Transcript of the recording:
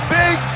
big